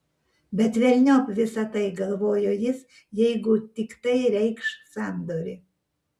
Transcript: bet velniop visa tai galvojo jis jeigu tik tai reikš sandorį